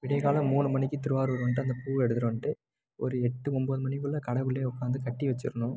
விடியக்காலைல மூணு மணிக்கு திருவாரூர் வந்துட்டு அந்த பூவை எடுத்துட்டு வந்துட்டு ஒரு எட்டு ஒம்பது மணிக்குள்ள கடைக்குள்ளே உட்காந்து கட்டி வச்சிடணும்